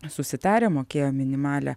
susitarę mokėjo minimalią